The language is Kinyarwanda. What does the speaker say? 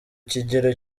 kigero